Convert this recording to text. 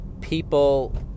people